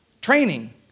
training